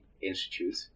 institute